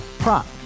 Prop